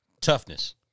Toughness